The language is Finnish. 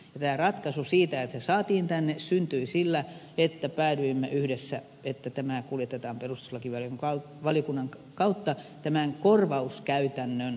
tämä ratkaisu että se saatiin tänne syntyi sillä että päädyimme yhdessä siihen että tämä kuljetetaan perustuslakivaliokunnan kautta tämän korvauskäytännön varmistamiseksi